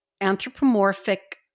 anthropomorphic